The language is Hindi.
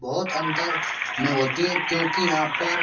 बहुत अंतर में होती हैं क्योंकि यहाँ पर